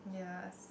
ya